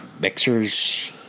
mixers